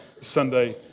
Sunday